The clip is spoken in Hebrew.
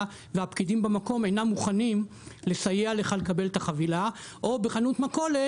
והפקידים במקום אינם מוכנים לסייע לך לקבל את החבילה או בחנות מכולת